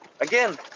Again